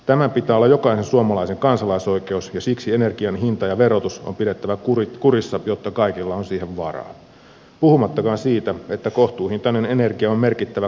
tämän pitää olla jokaisen suomalaisen kansalaisoikeus ja siksi energian hinta ja verotus on pidettävä kurissa jotta kaikilla on siihen varaa puhumattakaan siitä että kohtuuhintainen energia on merkittävä kansainvälinen kilpailutekijä